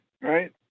right